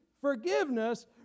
forgiveness